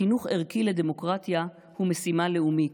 חינוך ערכי לדמוקרטיה הוא משימה לאומית.